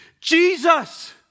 Jesus